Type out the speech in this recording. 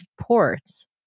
ports